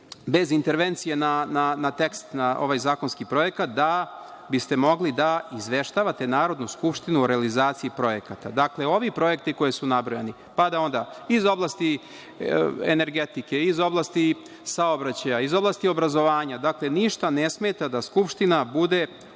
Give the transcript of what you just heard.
bez intervencije na tekst na ovaj zakonski projekat, da biste mogli da izveštavate Narodnu skupštinu o realizaciji projekata. Dakle, ovi projekti koji su nabrojani, pa da onda iz oblasti energetike, iz oblasti saobraćaja, iz oblasti obrazovanja, ništa ne smeta da Skupština bude